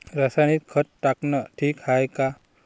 रासायनिक खत टाकनं ठीक हाये का?